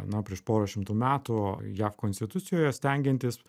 na prieš porą šimtų metų jav konstitucijoje stengiantis